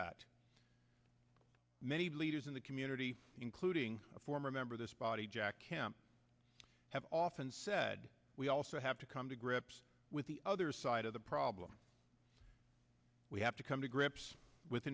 that many leaders in the community including a former member of this body jack kemp have often said we also have to come to grips with the other side of the problem we have to come to grips with